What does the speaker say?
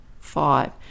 five